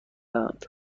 اند